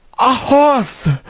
a horse!